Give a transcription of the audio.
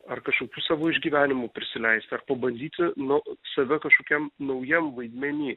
ar kažkokių savo išgyvenimų prisileist ar pabandyti nu save kažkokiam naujam vaidmeny